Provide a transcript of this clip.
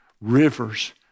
Rivers